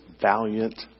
valiant